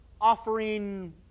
offering